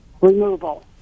removal